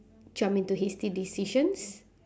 jump into hasty decisions